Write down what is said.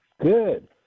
Good